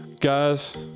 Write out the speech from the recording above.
Guys